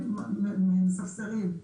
מספסרים.